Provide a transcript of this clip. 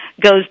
goes